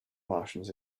martians